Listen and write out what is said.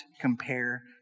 compare